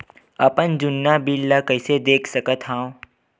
अपन जुन्ना बिल ला कइसे देख सकत हाव?